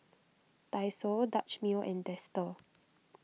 Daiso Dutch Mill and Dester